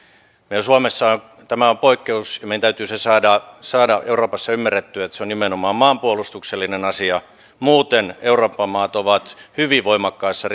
meillä suomessa tämä on poikkeus ja meidän täytyy se saada saada euroopassa ymmärrettyä että se on nimenomaan maanpuolustuksellinen asia muuten euroopan maat ovat hyvin voimakkaassa